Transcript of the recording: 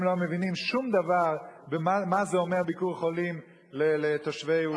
הם לא מבינים שום דבר מה אומר "ביקור חולים" לתושבי ירושלים.